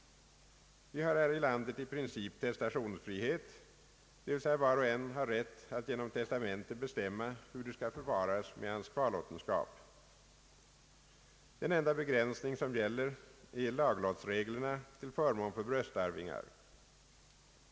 Det råder här i landet i princip testationsfrihet, d.v.s. var och en har rätt att genom testamente bestämma hur det skall förfaras med hans kvarlåtenskap. Den enda begränsning som gäller är laglottsreglerna till förmån för bröstarvingar.